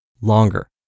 longer